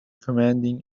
commanding